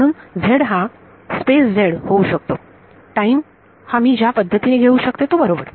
म्हणून z हा space z होऊ शकतो टाईम हा मी ज्या पद्धतीने घेऊ शकते तो बरोबर